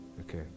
Okay